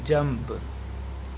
jump